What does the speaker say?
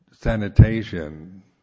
sanitation